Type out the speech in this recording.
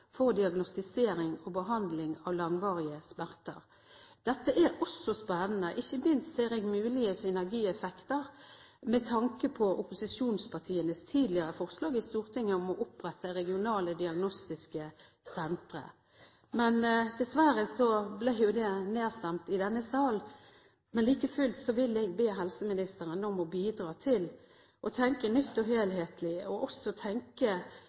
for diagnostisering og behandling av langvarige smerter. Dette er også spennende. Ikke minst ser jeg mulige synergieffekter med tanke på opposisjonspartienes tidligere forslag i Stortinget om å opprette regionale diagnostiske sentre. Dessverre ble det nedstemt i denne salen. Likefullt vil jeg be helseministeren om å bidra til å tenke nytt og helhetlig. Dette bør kanskje også